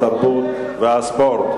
התרבות והספורט.